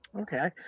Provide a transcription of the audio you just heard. Okay